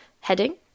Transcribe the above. Heading